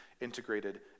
integrated